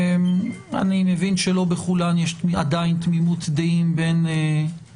אני מבין שלא בכולם יש עדיין תמימות דעים בין